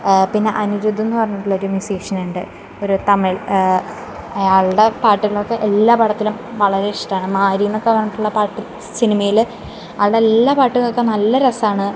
പിന്നെ അനിരുദ്ധന്ന് പറഞ്ഞിട്ടുള്ളൊരു മ്യുസീശ്യനുണ്ട് ഒര് തമിഴ് ആള്ടെ പാട്ടുകളൊക്കെ എല്ലാ പടത്തിലും വളരെ ഇഷ്ടമാണ് മാരിന്നൊക്കെ പറഞ്ഞിട്ടുള്ള പാട്ട് സിനിമയിൽ ആള്ടെല്ലാ പാട്ട് കേൾക്കാന് നല്ല രസമാണ്